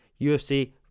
UFC